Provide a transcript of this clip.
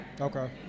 Okay